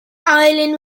island